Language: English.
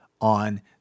on